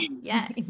Yes